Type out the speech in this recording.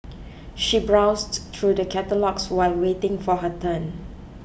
she browsed through the catalogues while waiting for her turn